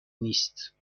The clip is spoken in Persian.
نیست